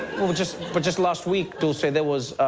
well, just but just last week dulce, ah there was,